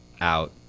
Out